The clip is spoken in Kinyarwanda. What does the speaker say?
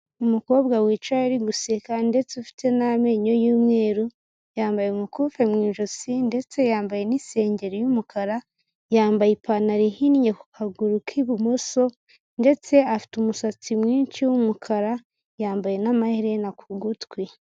Umukobwa wicaye ari guseka ndetse ufite n'amenyo y'umweru, yambaye umukufi mu ijosi ndetse yambaye n'isengeri y'umukara, yambaye ipantaro ihinnye haguruka k'ibumoso, ndetse afite umusatsi mwinshi w'umukara yambaye n'amaherena ku gutwi.